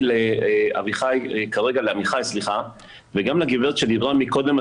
לעמיחי כרגע וגם לגברת שדברה קודם,